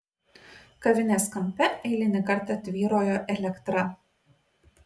kavinės kampe eilinį kartą tvyrojo elektra